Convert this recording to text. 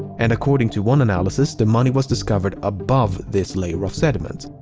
and, according to one analysis, the money was discovered above this layer of sediment.